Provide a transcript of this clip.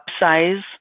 upsize